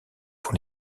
pour